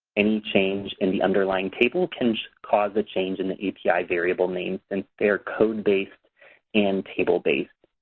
any change in the underlying table can cause a change in the api variable name since they are code-based and table-based.